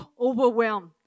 overwhelmed